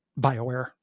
Bioware